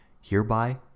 Hereby